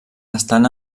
estan